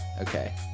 Okay